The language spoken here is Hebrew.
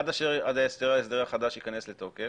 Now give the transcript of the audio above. עד אשר ההסדר החדש ייכנס לתוקף,